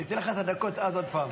אתן לך את הדקות אז עוד פעם.